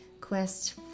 quest